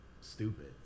stupid